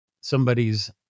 somebody's